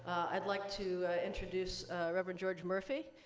i'd like to introduce reverend george murphy,